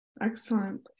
Excellent